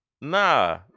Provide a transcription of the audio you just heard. Nah